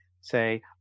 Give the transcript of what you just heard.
say